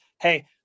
Hey